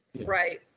right